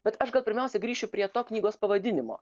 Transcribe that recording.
bet aš gal pirmiausia grįšiu prie to knygos pavadinimo